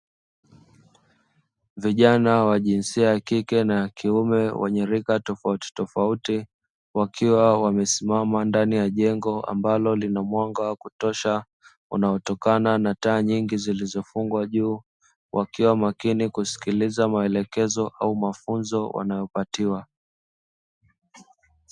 Vijana wa jinsia ya kike na ya kiume wenye rika tofauti tofauti wakiwa wamesimama ndani ya jengo ambalo lina mwanga wa kutosha unaotokana na taa nyingi zilizofungwa juu wakiwa makini kusikiliza maelekezo au mafunzo wanayaopatiwa.